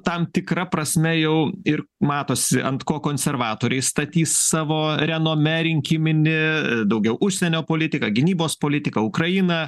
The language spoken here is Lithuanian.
tam tikra prasme jau ir matosi ant ko konservatoriai statys savo renomė rinkiminį daugiau užsienio politika gynybos politika ukraina